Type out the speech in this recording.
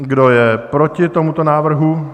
Kdo je proti tomuto návrhu?